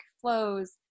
flows